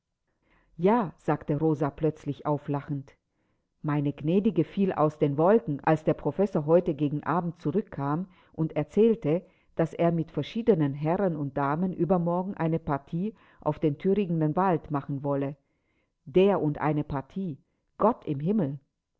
ja sagte rosa plötzlich auflachend meine gnädige fiel aus den wolken als der professor heute gegen abend zurückkam und erzählte daß er mit verschiedenen herren und damen übermorgen eine partie auf den thüringer wald machen wolle der und eine partie gott im himmel